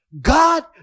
god